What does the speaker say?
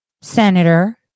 Senator